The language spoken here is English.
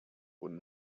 would